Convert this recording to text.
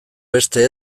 beste